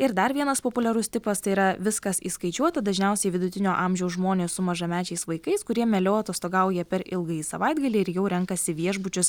ir dar vienas populiarus tipas tai yra viskas įskaičiuota dažniausiai vidutinio amžiaus žmonės su mažamečiais vaikais kurie mieliau atostogauja per ilgąjį savaitgalį ir jau renkasi viešbučius